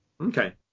Okay